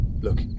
Look